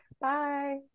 bye